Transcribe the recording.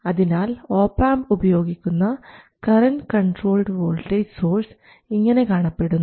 അതിനാൽ ഒപാംപ് ഉപയോഗിക്കുന്ന current controlled voltage source ഇങ്ങനെ കാണപ്പെടുന്നു